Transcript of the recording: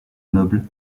noble